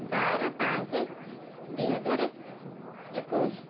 ବାର ପାଞ୍ଚ ଦୁଇ ହଜାର ଏକୋଇଶି